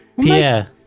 Pierre